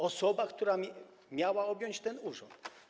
Osoba, która miała objąć ten urząd.